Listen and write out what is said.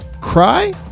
Cry